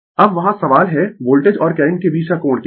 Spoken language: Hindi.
अब वहां सवाल है वोल्टेज और करंट के बीच का कोण क्या है